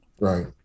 right